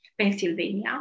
Pennsylvania